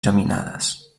geminades